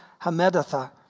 Hamedatha